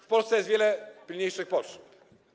W Polsce jest wiele pilniejszych potrzeb.